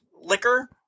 liquor